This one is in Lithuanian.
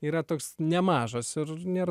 yra toks nemažas ir nėr